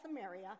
Samaria